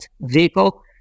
vehicle